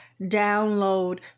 download